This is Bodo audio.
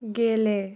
गेले